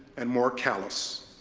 and more callous.